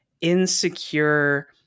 insecure